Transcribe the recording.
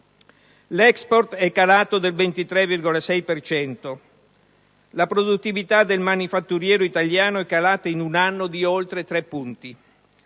L'*export* è calato del 23,6 per cento, mentre la produttività del manifatturiero italiano è calata in un anno di oltre tre punti.